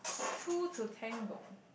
two to ten goal